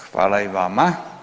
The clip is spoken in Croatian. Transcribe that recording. Hvala i vama.